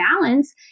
balance